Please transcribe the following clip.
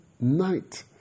night